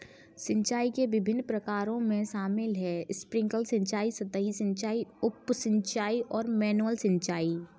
सिंचाई के विभिन्न प्रकारों में शामिल है स्प्रिंकलर सिंचाई, सतही सिंचाई, उप सिंचाई और मैनुअल सिंचाई